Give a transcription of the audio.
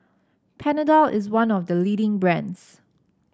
Panadol is one of the leading brands